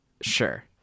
Sure